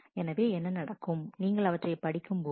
எனவே என்ன நடக்கும் நீங்கள்அவற்றைப் படிக்கும்போது